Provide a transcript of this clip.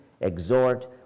exhort